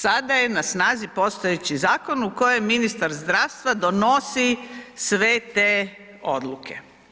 Sada je na snazi postojeći zakon u kojem ministar zdravstva donosi sve te odluke.